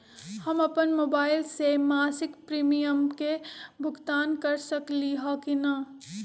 हम अपन मोबाइल से मासिक प्रीमियम के भुगतान कर सकली ह की न?